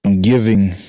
giving